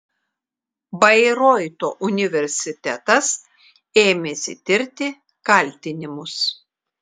bairoito universitetas ėmėsi tirti kaltinimus